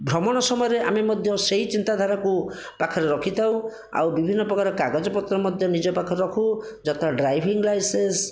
ଭ୍ରମଣ ସମୟରେ ଆମେ ମଧ୍ୟ ସେହି ଚିନ୍ତାଧାରାକୁ ପାଖରେ ରଖିଥାଉ ଆଉ ବିଭିନ୍ନ ପ୍ରକାର କାଗଜ ପତ୍ର ମଧ୍ୟ ନିଜ ପାଖରେ ରଖୁ ଯଥା ଡ୍ରାଇଭିଂ ଲାଇସେନ୍ସ୍